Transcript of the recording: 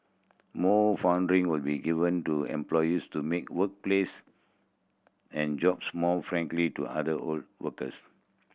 more will be given to employees to make workplace and jobs more frankly to other workers